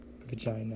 Vagina